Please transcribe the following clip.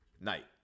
night